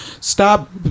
stop